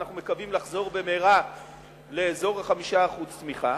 ואנחנו מקווים לחזור במהרה לאזור ה-5% צמיחה,